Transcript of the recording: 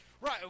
Right